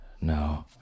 No